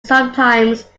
sometimes